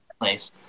place